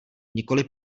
nikoliv